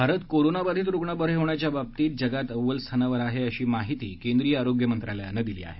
भारत कोरोनाबाधित रुग्ण बरे होण्याच्याबाबतीत भारत जगात अव्वल स्थानावर आहे अशी माहिती केंद्रीय आरोग्य मंत्रालयानं दिली आहे